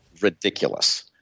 ridiculous